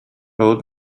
old